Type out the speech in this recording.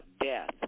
death